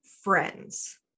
friends